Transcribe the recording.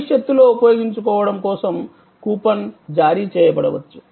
భవిష్యత్తులో ఉపయోగించుకోవడం కోసం కూపన్ జారీ చేయబడవచ్చు